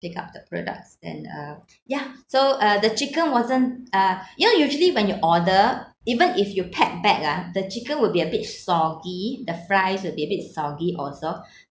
pick up the products and uh yeah so uh the chicken wasn't uh you know usually when you order even if you pack back ah the chicken will be a bit soggy the fries will be a bit soggy also